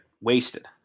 wasted